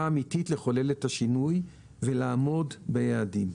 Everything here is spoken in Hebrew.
אמיתית לחולל את השינוי ולעמוד ביעדים.